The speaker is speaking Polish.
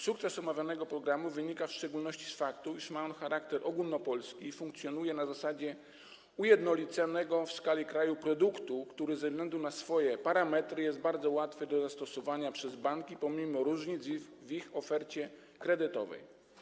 Sukces omawianego programu wynika w szczególności z faktu, iż ma on charakter ogólnopolski i funkcjonuje na zasadzie ujednoliconego w skali kraju produktu, który ze względu na swoje parametry jest bardzo łatwy do zastosowania przez banki pomimo różnic w ich ofercie kredytowej.